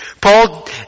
Paul